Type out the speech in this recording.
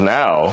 now